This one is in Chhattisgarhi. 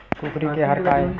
कुकरी के आहार काय?